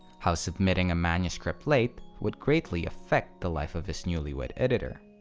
how submitting a manuscript late would greatly affect the life of his newlywed editor.